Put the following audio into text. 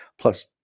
Plus